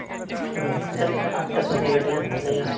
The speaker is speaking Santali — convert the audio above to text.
ᱥᱮᱛᱟᱜ ᱵᱮᱞᱟ ᱟᱴ ᱴᱟ ᱥᱩᱢᱟᱹᱭ ᱜᱟᱹᱰᱤ ᱦᱮᱡ ᱮᱱᱛᱟᱞᱮᱭᱟ